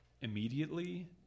immediately